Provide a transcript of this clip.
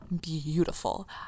beautiful